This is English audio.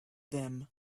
them